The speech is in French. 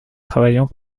travaillant